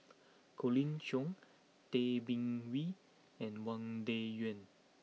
Colin Cheong Tay Bin Wee and Wang Dayuan